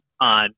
on